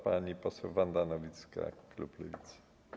Pani poseł Wanda Nowicka, klub Lewicy.